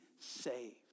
saved